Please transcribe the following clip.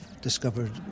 discovered